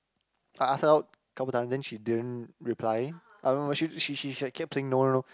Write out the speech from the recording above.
I asked her out couple times then she didn't reply I don't know she she she she like kept saying no no